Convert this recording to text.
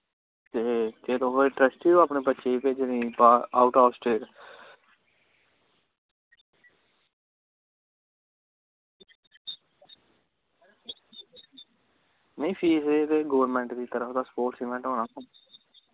ते केह् तुस इंट्रसटिड हो तुस अपने बच्चे गी भेजने गी बाह्र अऊट ऑफ स्टेट नेईं फीस एह्दी गोरमैंट दी तरफ दा स्पोटस इवैंट होना